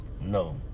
No